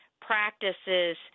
practices